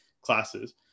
classes